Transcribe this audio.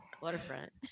waterfront